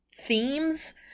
themes